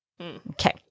Okay